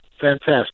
Fantastic